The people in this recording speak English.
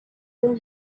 whom